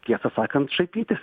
tiesą sakant šaipytis